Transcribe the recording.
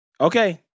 Okay